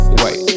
wait